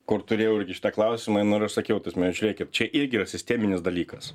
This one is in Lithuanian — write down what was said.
kur turėjau irgi šitą klausimą nu ir aš sakiau ta prasme žiūrėkit čia irgi yra sisteminis dalykas